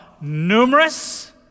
numerous